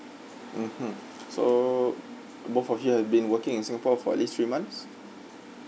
mmhmm so both of you have been working in singapore for at least three months